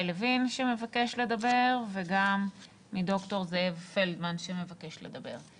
לוין שמבקש לדבר וגם מד"ר זאב פלדמן שמבקש לדבר.